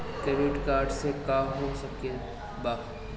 Credit card से का हो सकइत बा?